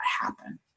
happen